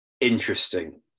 interesting